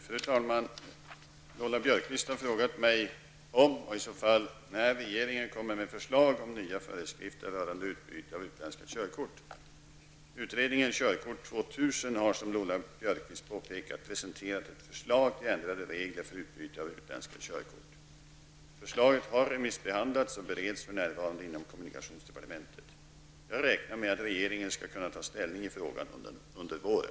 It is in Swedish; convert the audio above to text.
Fru talman! Lola Björkquist har frågat mig om och i så fall när regeringen kommer med förslag om nya föreskrifter rörande utbyte av utländska körkort. Björkquist påpekat, presenterat ett förslag till ändrade regler för utbyte av utländska körkort. Förslaget har remissbehandlats och bereds för närvarande inom kommunikationsdepartementet. Jag räknar med att regeringen skall kunna ta ställning i frågan under våren.